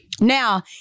Now